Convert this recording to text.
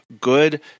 good